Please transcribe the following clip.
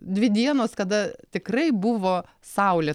dvi dienos kada tikrai buvo saulė